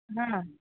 ହଁ